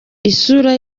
isura